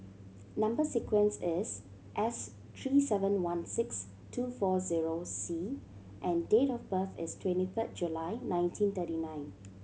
number sequence is S three seven one six two four zero C and date of birth is twenty third July nineteen thirty nine